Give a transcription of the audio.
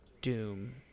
Doom